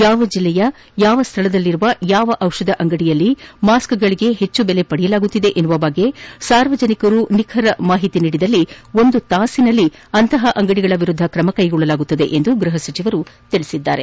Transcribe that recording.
ಯಾವ ಜಿಲ್ಲೆಯ ಯಾವ ಸ್ವಳದಲ್ಲಿರುವ ಯಾವ ದಿಷಧ ಅಂಗಡಿಯಲ್ಲಿ ಮಾಸ್ಕೆಗಳಗೆ ಹೆಚ್ಚನ ದೆಲೆ ಪಡೆಯಲಾಗುತ್ತಿದೆ ಎನ್ನುವ ಬಗ್ಗೆ ಸಾರ್ವಜನಿಕರಿಗೆ ನಿಖರ ಮಾಹಿತಿ ನೀಡಿದ್ದಲ್ಲಿ ಒಂದು ತಾಖನಲ್ಲಿ ಅಂತಹ ಅಂಗಡಿಗಳ ಎರುದ್ದ ತ್ರಮಕ್ಕೆಗೊಳ್ಳಲಾಗುವುದು ಎಂದು ಗೃಹ ಸಚಿವರು ತಿಳಿಸಿದರು